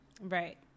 Right